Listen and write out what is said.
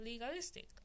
legalistic